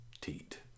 Teat